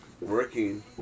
working